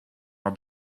are